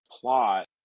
plot